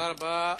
תודה רבה.